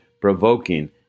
provoking